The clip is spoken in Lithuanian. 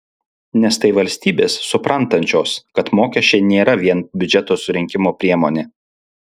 nes tai valstybės suprantančios kad mokesčiai nėra vien biudžeto surinkimo priemonė